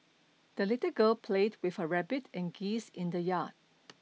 the little girl played with her rabbit and geese in the yard